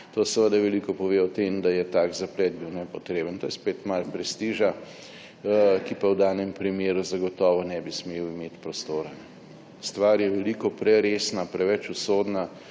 To seveda veliko pove o tem, da je bil tak zaplet nepotreben. To je spet malo prestiža, ki pa v danem primeru zagotovo ne bi smel imeti prostora. Stvar je veliko preresna, preveč usodna